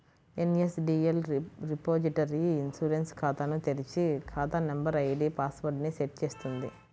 NSDL repository e insurance ఖాతాను తెరిచి, ఖాతా నంబర్, ఐడీ పాస్ వర్డ్ ని సెట్ చేస్తుంది